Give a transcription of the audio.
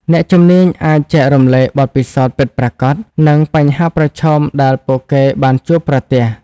អ្នកជំនាញអាចចែករំលែកបទពិសោធន៍ពិតប្រាកដ និងបញ្ហាប្រឈមដែលពួកគេបានជួបប្រទះ។